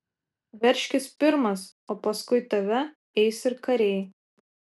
veržkis pirmas o paskui tave eis ir kariai